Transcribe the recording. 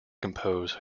compose